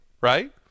right